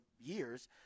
years